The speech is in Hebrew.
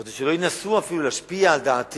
כדי שאפילו לא ינסו להשפיע על דעתי